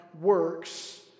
works